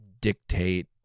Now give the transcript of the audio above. dictate